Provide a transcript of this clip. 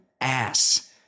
ass